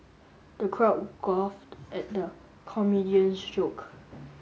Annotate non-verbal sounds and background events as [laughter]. the crowd [unintelligible] at the comedian's joke